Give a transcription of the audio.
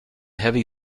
heavy